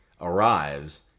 arrives